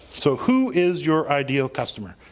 so who is your ideal customer?